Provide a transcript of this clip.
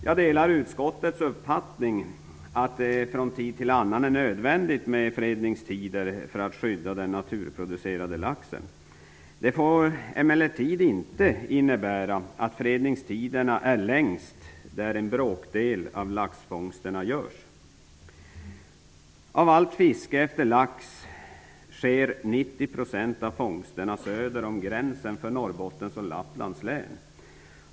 Jag delar utskottets uppfattning att det från tid till annan är nödvändigt med fredningstider för att skydda den naturreproducerande laxen. Det får emellertid inte innebära att fredningstiderna är längst där en bråkdel av laxfångsterna görs. Av allt fiske efter lax sker 90 % av fångsterna söder om gränsen för Norrbottens och Lapplands län.